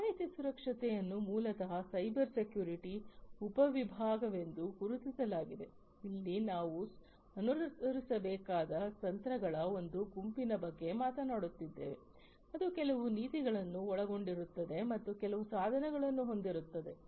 ಮಾಹಿತಿ ಸುರಕ್ಷತೆಯನ್ನು ಮೂಲತಃ ಸೈಬರ್ ಸೆಕ್ಯುರಿಟಿಯ ಉಪವಿಭಾಗವೆಂದು ಗುರುತಿಸಲಾಗಿದೆ ಅಲ್ಲಿ ನಾವು ಅನುಸರಿಸಬೇಕಾದ ತಂತ್ರಗಳ ಒಂದು ಗುಂಪಿನ ಬಗ್ಗೆ ಮಾತನಾಡುತ್ತಿದ್ದೇವೆ ಅದು ಕೆಲವು ನೀತಿಗಳನ್ನು ಒಳಗೊಂಡಿರುತ್ತದೆ ಮತ್ತು ಕೆಲವು ಸಾಧನಗಳನ್ನು ಹೊಂದಿರುತ್ತದೆ